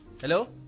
Hello